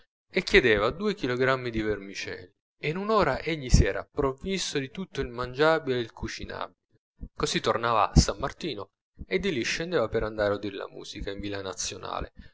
e chiedeva due chilogrammi di vermicelli e in un'ora egli si era provvisto di tutto il mangiabile e il cucinabile così tornava a s martino e di lì scendeva per andare a udir la musica in villa nazionale